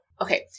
okay